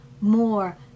More